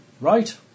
right